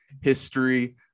history